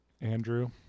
Andrew